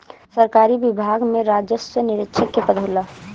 सरकारी विभाग में राजस्व निरीक्षक के पद होला